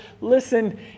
listen